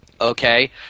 Okay